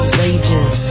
rages